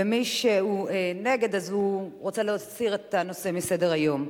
מי שנגד, הוא רוצה להסיר את הנושא מסדר-היום.